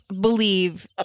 believe